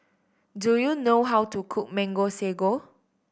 do you know how to cook Mango Sago